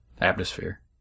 atmosphere